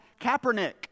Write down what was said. Kaepernick